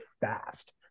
fast